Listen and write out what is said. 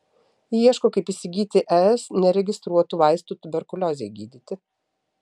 ieško kaip įsigyti es neregistruotų vaistų tuberkuliozei gydyti